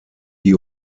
die